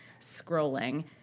scrolling